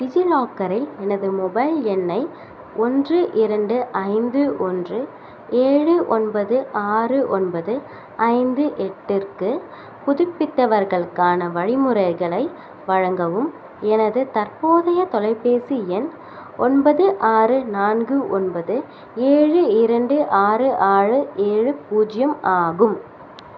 டிஜிலாக்கரில் எனது மொபைல் எண்ணை ஒன்று இரண்டு ஐந்து ஒன்று ஏழு ஒன்பது ஆறு ஒன்பது ஐந்து எட்டிற்கு புதுப்பித்தவர்களுக்கான வழிமுறைகளை வழங்கவும் எனது தற்போதைய தொலைப்பேசி எண் ஒன்பது ஆறு நான்கு ஒன்பது ஏழு இரண்டு ஆறு ஆறு ஏழு பூஜ்ஜியம் ஆகும்